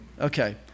Okay